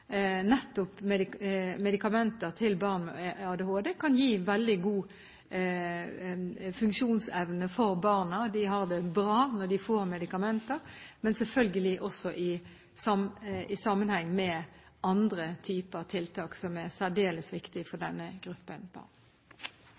nettopp medikamenter til barn med ADHD kan gi veldig god funksjonsevne for barna. De har det bra når de får medikamenter, men selvfølgelig også i sammenheng med andre typer tiltak, som er særdeles viktig for